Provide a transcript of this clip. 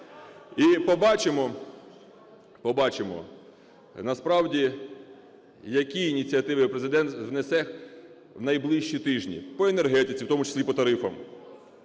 побачимо, насправді, які ініціативи Президент внесе в найближчі тижні по енергетиці, в тому числі по тарифах,